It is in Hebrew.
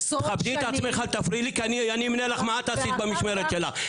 תכבדי את עצמך אל תפריעי לי כי אני אמנה לך מה את עשית במשמרת שלך.